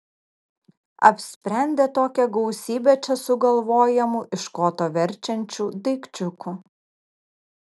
apsprendė tokią gausybę čia sugalvojamų iš koto verčiančių daikčiukų